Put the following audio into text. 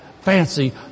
fancy